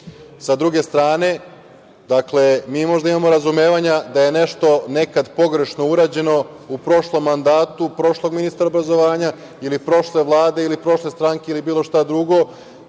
druge strane, mi možda imamo razumevanja da je nešto nekad pogrešno urađeno u prošlom mandatu, prošlog ministra obrazovanja ili prošle Vlade, ili prošle stranke ili bilo šta drugo,